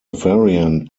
variant